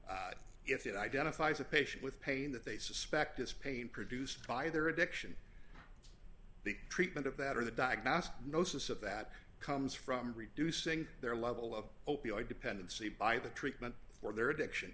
if it identifies a patient with pain that they suspect is pain produced by their addiction the treatment of that or the diagnostic notice of that comes from reducing their level of opioid dependency by the treatment for their addiction